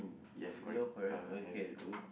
yes correct I have it though